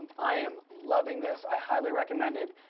i am loving this, i highly recommend it.